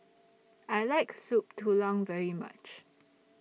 I like Soup Tulang very much